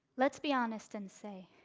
let's be honest and say,